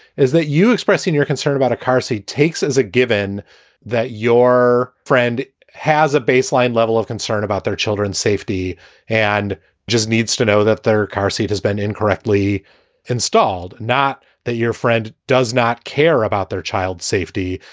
is that you expressing your concern about a seat seat takes as a given that your friend has a baseline level of concern about their children's safety and just needs to know that their car seat has been incorrectly installed? not that your friend does not care about their child's safety.